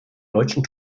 deutschen